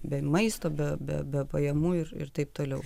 be maisto be be be pajamų ir ir taip toliau